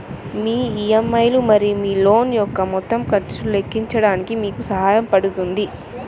మీ EMI లు మరియు మీ లోన్ యొక్క మొత్తం ఖర్చును లెక్కించడానికి మీకు సహాయపడుతుంది